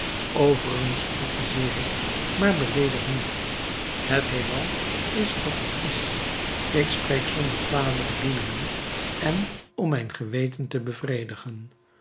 overigens critiseer ik maar beleedig niet het heelal is wat het is ik spreek zonder kwade bedoelingen en om mijn geweten te bevredigen